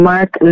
Mark